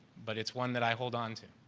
but it's one that i hold on to.